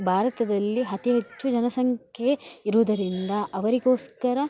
ಭಾರತದಲ್ಲಿ ಅತೀ ಹೆಚ್ಚು ಜನಸಂಖ್ಯೆ ಇರುವುದರಿಂದ ಅವರಿಗೋಸ್ಕರ